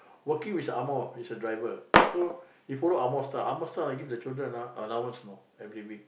working with ang-moh is a driver so he follow ang-moh style ang-moh style give the children ah allowance you know every week